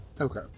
okay